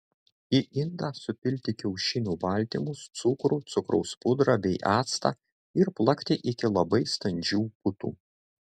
į indą supilti kiaušinių baltymus cukrų cukraus pudrą bei actą ir plakti iki labai standžių putų